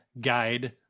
guide